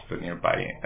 nearby